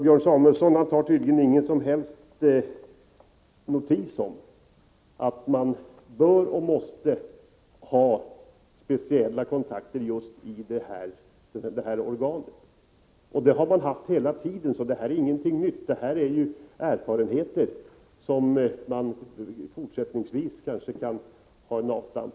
Björn Samuelson tar tydligen ingen som helst notis om att man måste ha speciella kontakter just i detta organ. Det har man haft hela tiden. Det är ingenting nytt. Det är erfarenheter som man fortsättningsvis kanske kan göra avstamp ifrån.